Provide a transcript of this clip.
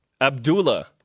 Abdullah